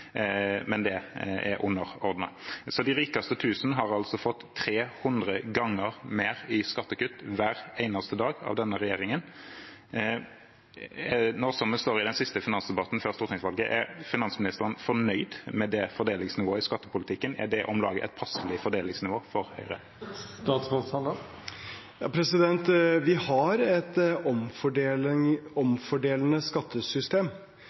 men det er underordnet. De rikeste har altså fått 300 ganger mer i skattekutt hver eneste dag av denne regjeringen. Når vi nå står i den siste finansdebatten før stortingsvalget, er finansministeren fornøyd med det fordelingsnivået i skattepolitikken? Er det om lag et passelig fordelingsnivå for Høyre? Vi har et omfordelende skattesystem.